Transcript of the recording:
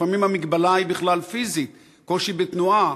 לפעמים המגבלה היא בכלל פיזית: קושי בתנועה,